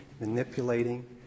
manipulating